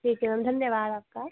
ठीक है मैम धन्यवाद आपका